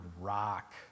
rock